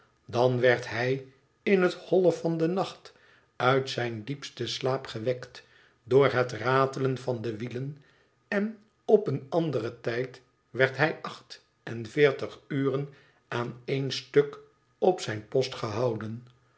dan werd hij in het holle van den nacht uit zijn diepsten slaap gewekt door het ratelen van de wielen en op een anderen tijd werd hij acht en veertig uren aan één stuk op zijn post gehouden